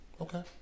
Okay